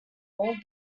mammal